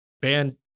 band